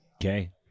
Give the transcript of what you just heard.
Okay